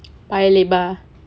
paya lebar